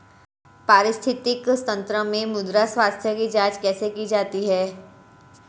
पारिस्थितिकी तंत्र में मृदा स्वास्थ्य की जांच कैसे की जाती है?